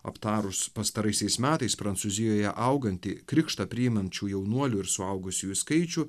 aptarus pastaraisiais metais prancūzijoje augantį krikštą priimančių jaunuolių ir suaugusiųjų skaičių